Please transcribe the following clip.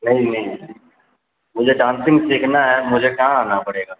نہیں نہیں مجھے ڈانسنگ سیکھنا ہے مجھے کہاں آنا پڑے گا